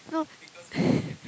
no